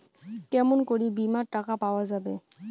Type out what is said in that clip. কেমন করি বীমার টাকা পাওয়া যাবে?